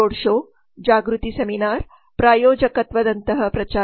road show ಜಾಗೃತಿ seminar ಪ್ರಾಯೋಜಕತ್ವದಂತಹ ಪ್ರಚಾರ